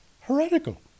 heretical